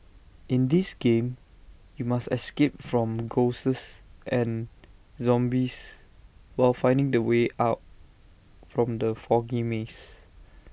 in this game you must escape from ghosts and zombies while finding the way out from the foggy maze